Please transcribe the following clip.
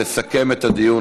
תשמעו,